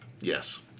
Yes